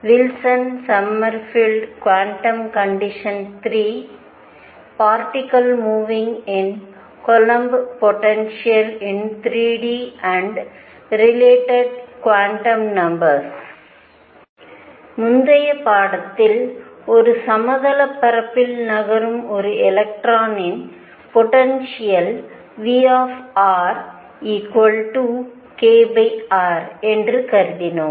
Wilson Sommerfeld quantum condition III particles moving in Coulomb potential in 3d and related quantum numbers முந்தைய பாடத்தில் ஒரு சமதளப் பரப்பில் நகரும் ஒரு எலக்ட்ரானின் பொடென்ஷியல் Vrkr என்று கருதினோம்